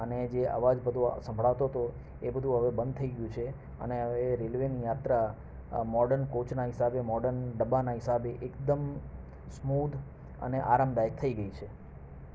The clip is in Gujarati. અને જે અવાજ બધો સંભળાતો તો એ બધું હવે બંધ થઈ ગયું છે અને હવે રેલવેની યાત્રા મોર્ડન કોચના હિસાબે મોર્ડન ડબ્બાના હિસાબે એકદમ સ્મૂથ અને આરામદાયક થઈ ગઈ છે